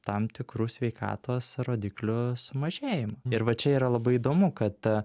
tam tikrų sveikatos rodiklių sumažėjimu ir va čia yra labai įdomu kad